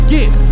Get